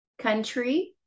country